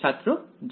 ছাত্র g